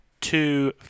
two